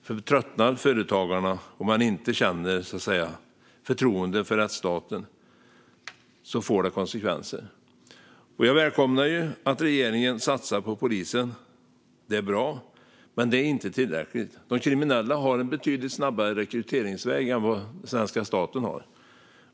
Om företagarna tröttnar och inte känner förtroende för rättsstaten får det konsekvenser. Jag välkomnar att regeringen satsar på polisen. Det är bra, men det är inte tillräckligt. De kriminella har en betydligt snabbare rekryteringsväg än vad svenska staten har.